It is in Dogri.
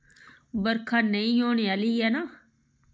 बर्खा नेईं होने आह्ली ऐ ना